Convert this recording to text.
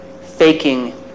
faking